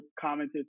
commented